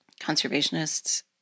conservationists